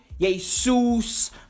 Jesus